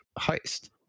heist